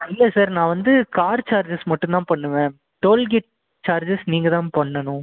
இல்லை சார் நான் வந்து கார் சார்ஜஸ் மட்டும் தான் பண்ணுவேன் டோல்கேட் சார்ஜஸ் நீங்கள் தான் பண்ணனும்